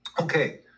Okay